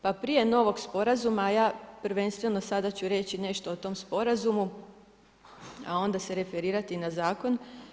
Pa prije novog sporazuma, a ja prvenstveno sada ću reći nešto o tom sporazumu, a onda se referirati na zakon.